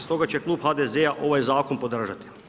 Stoga će klub HDZ-a ovaj zakon podržati.